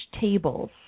tables